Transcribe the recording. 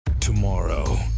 Tomorrow